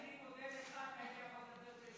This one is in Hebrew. אני מודה לך כי, לדבר תשע שעות.